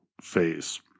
phase